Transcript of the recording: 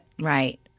Right